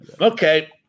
okay